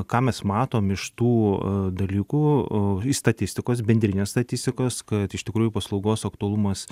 ką mes matom iš tų dalykų statistikos bendrinės statistikos kad iš tikrųjų paslaugos aktualumas